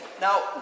Now